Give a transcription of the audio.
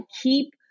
keep